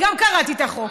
גם אני קראתי את החוק.